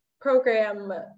program